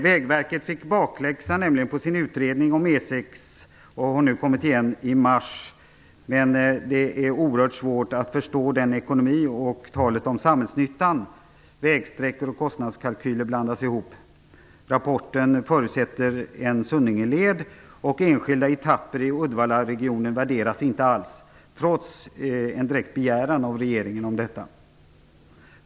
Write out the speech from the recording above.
Vägverket fick nämligen bakläxa på sin utredning om E 6 och har nu kommit igen i mars. Men det är oerhört svårt att förstå ekonomin och talet om samhällsnyttan, då vägsträckor och kostnadskalkyler blandas ihop. Rapporten förutsätter en Sunningeled, och enskilda etapper i Uddevallaregionen värderas inte alls, trots en direkt begäran av regeringen om detta.